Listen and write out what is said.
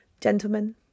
gentlemen